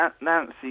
Nancy